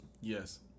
Yes